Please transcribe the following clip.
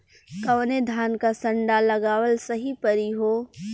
कवने धान क संन्डा लगावल सही परी हो?